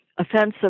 offensive